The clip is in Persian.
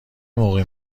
موقع